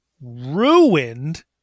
ruined